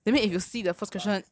from the last is